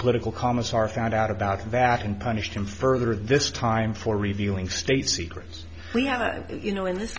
political commissar found out about that and punished him further this time for revealing state secrets you know in this